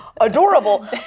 adorable